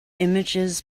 images